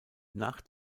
nach